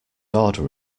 order